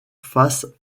face